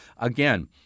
again